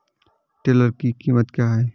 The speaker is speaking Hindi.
टिलर की कीमत क्या है?